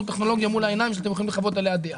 את הטכנולוגיה מול העיניים שאתם יכולים לחוות עליה דעה.